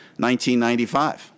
1995